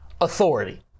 authority